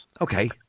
Okay